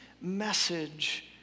message